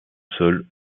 sol